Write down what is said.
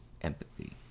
empathy